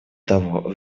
того